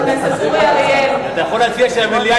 אתה יכול להציע שהמליאה